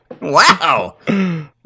Wow